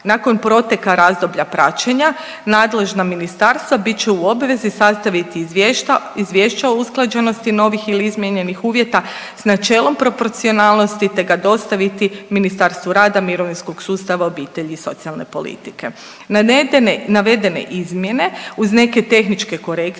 Nakon proteka razdoblja praćenja nadležna ministarstva bit će u obvezi sastaviti izvješća o usklađenosti novih ili izmijenjenih uvjeta sa načelom proporcionalnosti te ga dostaviti Ministarstvu rada, mirovinskog sustava, obitelji i socijalne politike. Navedene izmjene uz neke tehničke korekcije